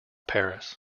paris